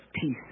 peace